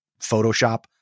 Photoshop